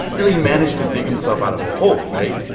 really managed to dig himself out of a hole, right?